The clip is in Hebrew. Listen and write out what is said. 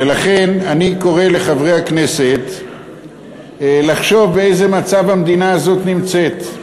ולכן אני קורא לחברי הכנסת לחשוב באיזה מצב המדינה הזאת נמצאת.